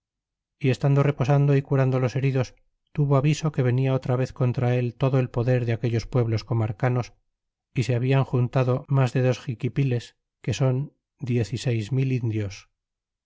y estando reposando y curando los heridos tuvo aviso que venia otra vez contra él todo el poder de aquellos pueblos comarcanos y se habian juntado mas de dos xiquipiles que son diez y seis mil indios